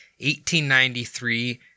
1893